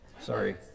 sorry